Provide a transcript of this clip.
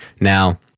Now